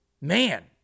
Man